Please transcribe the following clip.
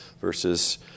versus